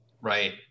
right